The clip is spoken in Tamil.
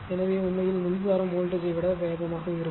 எனவே உண்மையில் மின்சாரம் வோல்ட்டேஜ் யை விட வேகமாக இருக்கும்